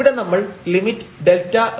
ഇവിടെ നമ്മൾ ലിമിറ്റ് Δρ→0 ആയിട്ട് എടുക്കുന്നു